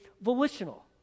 volitional